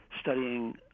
studying